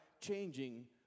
changing